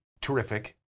terrific